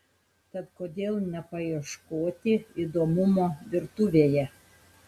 tad kodėl nepaieškoti įdomumo virtuvėje